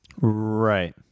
Right